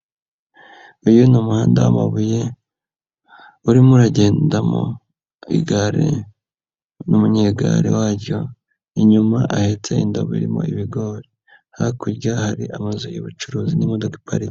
Uyu ni umuhanda w'amabuye urimo uragendamo igare n'umunyegare waryo inyuma ahetse indobo irimo ibigori, hakurya hari amazu y'ubucuruzi n'imodoka iparitse.